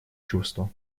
чувства